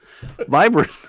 Vibrant